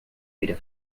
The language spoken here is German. wieder